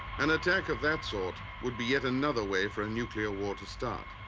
an attack of that sort would be yet another way for a nuclear war to start.